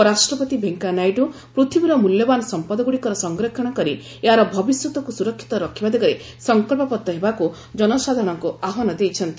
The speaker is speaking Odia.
ଉପରାଷ୍ଟ୍ରପତି ଭେଙ୍କିୟା ନାଇଡ଼ୁ ପୃଥିବୀର ମୂଲ୍ୟବାନ ସଂପଦଗୁଡ଼ିକର ସଂରକ୍ଷଣ କରି ଏହାର ଭବିଷ୍ୟତକୁ ସୁରକ୍ଷିତ ରଖିବା ଦିଗରେ ସଂକଳ୍ପବଦ୍ଧ ହେବାକୁ ଜନସାଧାରଣଙ୍କୁ ଆହ୍ପାନ ଦେଇଛନ୍ତି